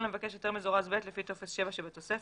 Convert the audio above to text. למבקש היתר מזורז ב' לפי טופס 7 שבתוספת.